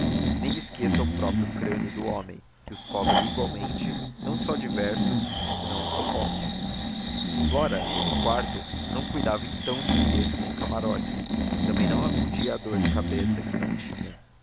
nem esqueça o próprio crânio do homem que os cobre igualmente não só diversos senão opostos flora no quarto não cuidava então de bilhetes nem camarotes também não acudia à dor de cabeça que não tinha